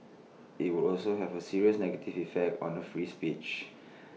IT would also have A serious negative effect on free speech